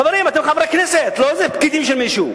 חברים, אתם חברי כנסת ולא איזה פקידים של מישהו.